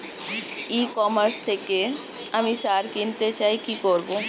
ই commerce থেকে আমি সার কিনতে চাই কি করব?